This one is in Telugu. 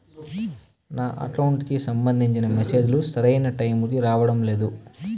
నా అకౌంట్ కి సంబంధించిన మెసేజ్ లు సరైన టైముకి రావడం లేదు